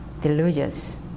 delusions